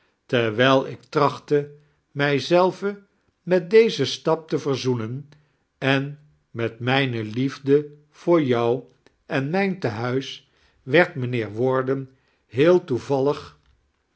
terwijj ik tirachtte mij zelve met deaen stap te verzoenen en met mijnei lliefide voor jou en mijn tenuis werd mijnliieer warden heel